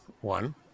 one